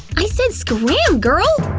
i said scram, girl!